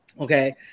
Okay